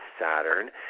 Saturn